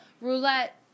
roulette